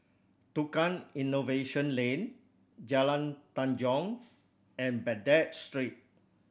Tukang Innovation Lane Jalan Tanjong and Baghdad Street